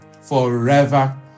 forever